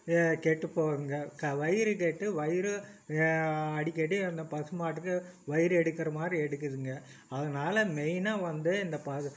கெட்டு போகுங்க க வயிறு கெட்டு வயிறு அடிக்கடி அந்த பசு மாட்டுக்கு வயிறு எடுக்கிற மாதிரி எடுக்குதுங்க அதனால மெயினாக வந்து இந்த பாகு